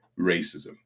racism